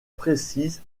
précise